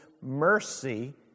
mercy